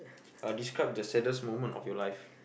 uh describe the saddest moment of your life